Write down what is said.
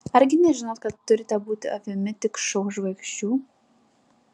argi nežinot kad turite būti avimi tik šou žvaigždžių